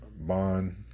Bond